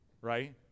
right